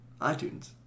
iTunes